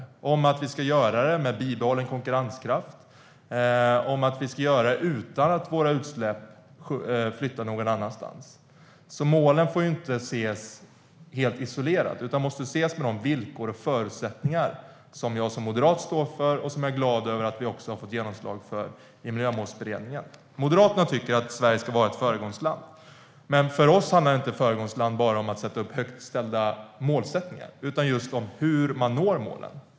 Det handlar om att vi ska göra det med bibehållen konkurrenskraft, utan att våra utsläpp flyttar någon annanstans. Målen får alltså inte ses helt isolerade. De måste ses med de villkor och förutsättningar som jag som moderat står för och som jag är glad över att vi har fått genomslag för i Miljömålsberedningen. Moderaterna tycker att Sverige ska vara ett föregångsland. Men för oss handlar det inte bara om att sätta upp högt ställda målsättningar utan just om hur man ska nå målen.